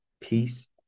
peace